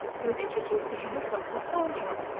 who was introduced to him as dr. thornhill.